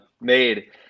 made